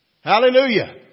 Hallelujah